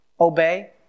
obey